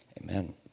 Amen